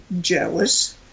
jealous